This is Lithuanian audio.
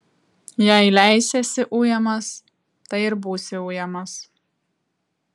jei leisiesi ujamas tai ir būsi ujamas